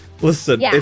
Listen